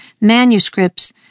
manuscripts